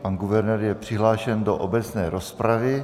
Pan guvernér je přihlášen do obecné rozpravy.